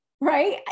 right